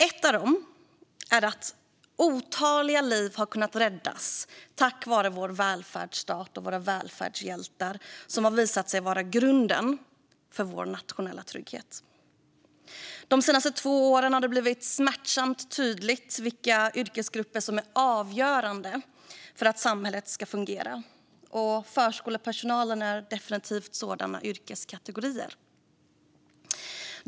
En av dem är att otaliga liv har kunnat räddas tack vare vår välfärdsstat och våra välfärdshjältar, som har visat sig vara grunden för vår nationella trygghet. De senaste två åren har det blivit smärtsamt tydligt vilka yrkesgrupper som är avgörande för att samhället ska fungera. Förskolepersonalen är definitivt sådana yrkeskategorier.